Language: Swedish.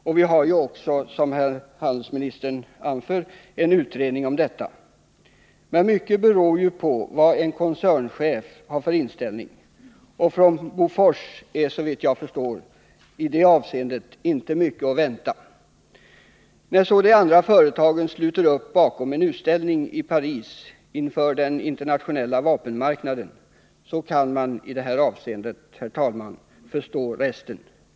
Det finns också, som herr handelsministern anför, en utredning om detta. Men mycket beror ju på vad en koncernchef har för inställning, och från Bofors är såvitt jag förstår i det avseendet inte mycket att vänta. När så de andra företagen sluter upp vid en utställning i Paris inför den internationella vapenmarknaden, kan man förstå resten.